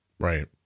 Right